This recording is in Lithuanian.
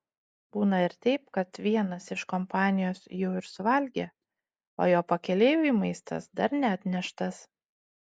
būna ir taip kad vienas iš kompanijos jau ir suvalgė o jo pakeleiviui maistas dar neatneštas